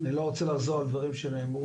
אני לא רוצה לחזור על דברים שנאמרו.